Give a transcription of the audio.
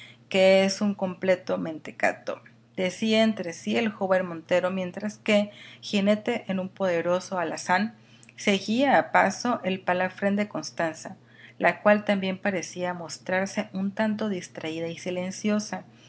que es un completo mentecato decía entre si el joven montero mientras que jinete en un poderoso alazán seguía a paso el palafrén de constanza la cual también parecía mostrarse un tanto distraída y silenciosa